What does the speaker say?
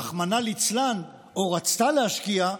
רחמנא ליצלן, או רצתה להשקיע,